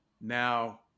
now